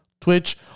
twitch